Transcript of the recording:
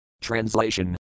TRANSLATION